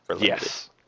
Yes